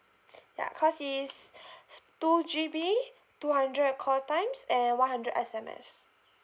ya cause it's two G_B two hundred call times and one hundred S_M_S